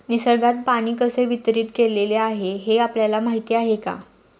निसर्गात पाणी कसे वितरीत केलेले आहे हे आपल्याला माहिती आहे का?